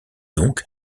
donc